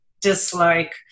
dislike